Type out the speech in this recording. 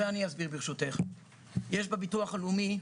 יש בביטוח הלאומי,